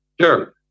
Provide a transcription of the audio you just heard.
Sure